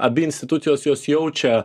abi institucijos jos jaučia